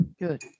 Good